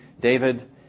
David